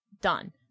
done